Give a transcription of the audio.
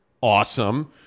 awesome